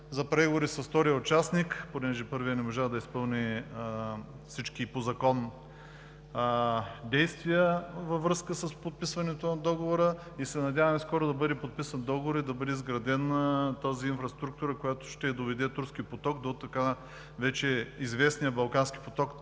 за преговори с втория участник, понеже първият не можа да изпълни всички по закон действия във връзка с подписването на договора. Надяваме се скоро да бъде подписан договорът и да бъде изградена тази инфраструктура, която ще доведе „Турски поток“ до вече известния „Балкански поток“,